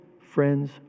friends